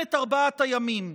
מלחמת ארבעת הימים.